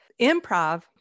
Improv